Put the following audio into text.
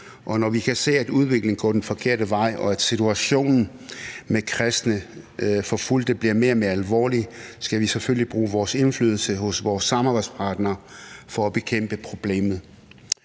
når vi kan se, at udviklingen går den forkerte vej, og at situationen med forfulgte kristne bliver mere og mere alvorlig, skal vi selvfølgelig bruge vores indflydelse hos vores samarbejdspartnere for at bekæmpe problemet.